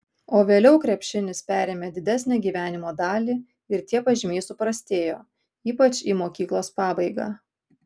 o vėliau krepšinis perėmė didesnę gyvenimo dalį ir tie pažymiai suprastėjo ypač į mokyklos pabaigą